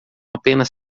apenas